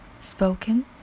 spoken